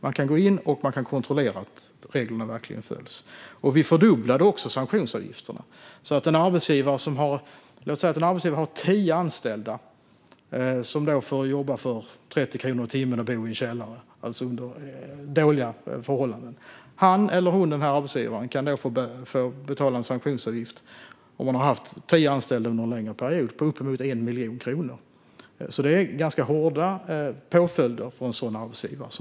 De kan gå in och kontrollera att reglerna verkligen följs. Vi har också fördubblat sanktionsavgifterna. Låt säga att en arbetsgivare har tio anställda som får jobba för 30 kronor i timmen och bo i en källare under dåliga förhållanden. Denna arbetsgivare kan få betala en sanktionsavgift på uppemot 1 miljon kronor om han eller hon har haft tio anställda en längre period, så det är ganska hårda påföljder som vi har infört för sådana arbetsgivare.